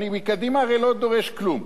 אני מקדימה הרי לא דורש כלום.